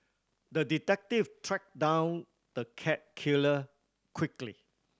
the detective tracked down the cat killer quickly